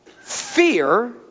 fear